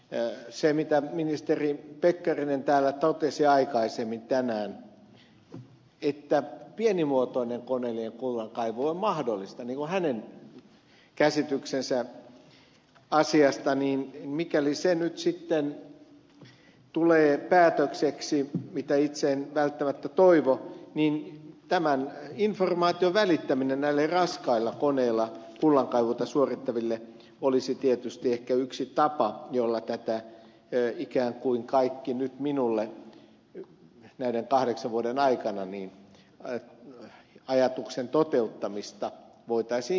mikäli se mitä ministeri pekkarinen täällä totesi aikaisemmin tänään että pienimuotoinen koneellinen kullankaivu on mahdollista hänen käsityksensä asiasta nyt sitten tulee päätökseksi mitä itse en välttämättä toivo niin tämän informaation välittäminen näillä raskailla koneilla kullankaivua suorittaville olisi tietysti ehkä yksi tapa jolla tätä ikään kuin kaikki nyt minulle näiden kahdeksan vuoden aikana ajatuksen toteuttamista voitaisiin hillitä